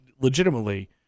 legitimately